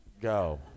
go